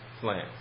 plans